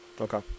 Okay